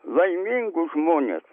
laimingus žmones